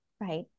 Right